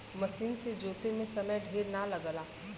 मसीन से जोते में समय ढेर ना लगला